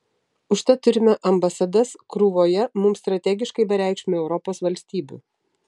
užtat turime ambasadas krūvoje mums strategiškai bereikšmių europos valstybių